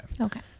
Okay